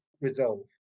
resolve